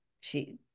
she-